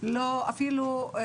אפילו לא